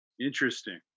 Interesting